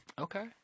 Okay